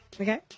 Okay